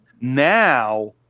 now